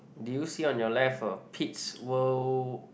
did you see on your left a Pits World